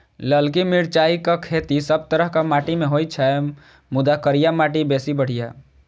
ललकी मिरचाइक खेती सब तरहक माटि मे होइ छै, मुदा करिया माटि बेसी बढ़िया